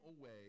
away